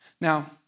Now